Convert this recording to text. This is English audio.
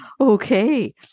Okay